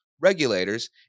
regulators